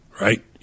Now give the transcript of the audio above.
right